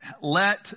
let